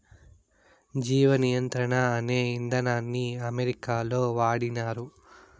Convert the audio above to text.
జీవ నియంత్రణ అనే ఇదానాన్ని అమెరికాలో వాడినారు